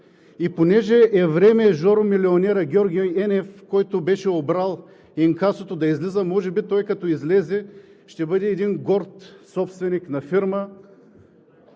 И понеже е време Жоро Милионера – Георги Енев, който беше обрал инкасото, да излиза, може би той като излезе, ще бъде един горд собственик на фирма?!